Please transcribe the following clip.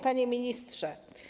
Panie Ministrze!